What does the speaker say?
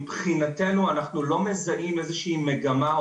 מבחינתנו אנחנו לא מזהים איזושהי מגמה,